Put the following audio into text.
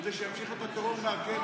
כדי שימשיך את הטרור מהכלא,